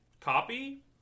copy